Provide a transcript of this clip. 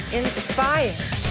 inspired